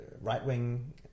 right-wing